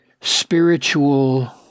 spiritual